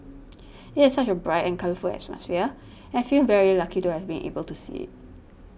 it has such a bright and colourful atmosphere I feel very lucky to have been able to see it